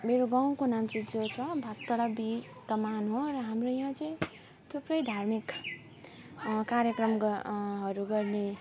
मेरो गाउँको नाम चाहिँ जो छ भाटपाडा टी कमान हो र हाम्रो यहाँ चाहिँ के के धार्मिक कार्यक्रम हरू गर्ने